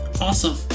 awesome